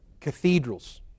cathedrals